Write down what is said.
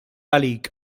għalik